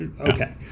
okay